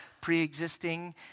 pre-existing